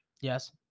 Yes